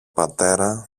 πατέρα